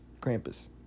Krampus